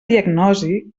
diagnosi